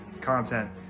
content